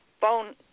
phone